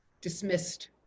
Dismissed